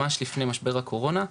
ממש לפני משבר הקורונה,